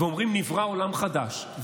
ואומרים: נברא עולם חדש,